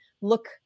look